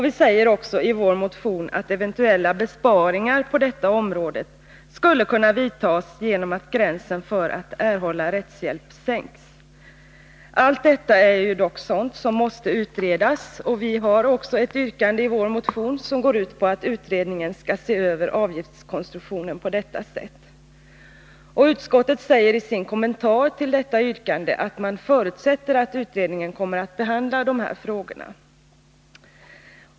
Vi säger i vår motion att besparingar på detta område skulle kunna uppnås genom att gränsen för att erhålla rättshjälp sänks. Allt detta är dock sådant som måste utredas, och vi har också ett yrkande i vår motion som går ut på att utredningen skall se över avgiftskonstruktionen på detta sätt. Utskottet säger i sin kommentar till detta yrkande att man förutsätter att utredningen kommer att behandla de här frågorna.